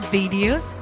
videos